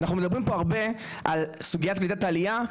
אנחנו מדברים פה הרבה על סוגית קליטת העלייה,